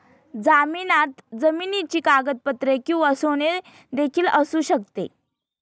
जामिनात जमिनीची कागदपत्रे किंवा सोने देखील असू शकते